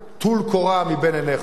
טול קורה מבין עיניך.